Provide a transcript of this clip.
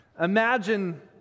Imagine